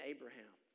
Abraham